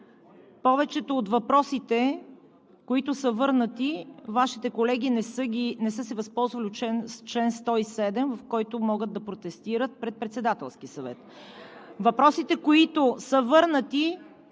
Повечето от въпросите, които са върнати, Вашите колеги не са се възползвали от чл. 107, в който могат да протестират пред Председателския съвет. Въпросите, които са върнати,